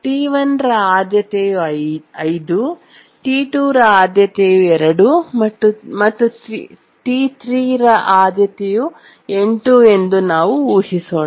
T1 ರ ಆದ್ಯತೆಯು 5 T2 ರ ಆದ್ಯತೆಯು 2 ಮತ್ತು T3 ರ ಆದ್ಯತೆಯು 8 ಎಂದು ನಾವು ಊಹಿಸೋಣ